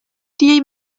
die